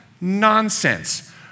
nonsense